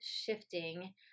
shifting